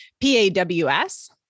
P-A-W-S